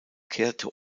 kehrte